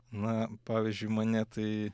na pavyzdžiui mane tai